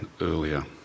earlier